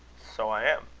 so i am.